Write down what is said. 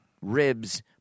ribs